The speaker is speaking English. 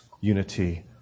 unity